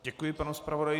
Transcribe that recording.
Děkuji panu zpravodaji.